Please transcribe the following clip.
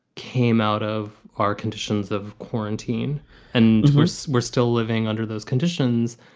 came out of our conditions of quarantine and we're so we're still living under those conditions.